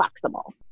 flexible